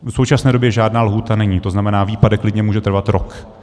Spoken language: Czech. V současné době žádná lhůta není, to znamená, výpadek klidně může trvat rok.